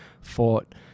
fought